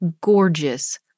gorgeous